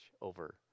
over